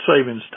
Savings